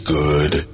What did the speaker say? good